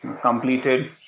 completed